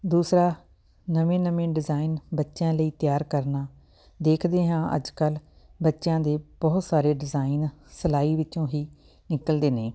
ਦੂਸਰਾ ਨਵੇਂ ਨਵੇਂ ਡਿਜ਼ਾਇਨ ਬੱਚਿਆਂ ਲਈ ਤਿਆਰ ਕਰਨਾ ਦੇਖਦੇ ਹਾਂ ਅੱਜ ਕੱਲ੍ਹ ਬੱਚਿਆਂ ਦੇ ਬਹੁਤ ਸਾਰੇ ਡਿਜ਼ਾਇਨ ਸਿਲਾਈ ਵਿੱਚੋਂ ਹੀ ਨਿਕਲਦੇ ਨੇ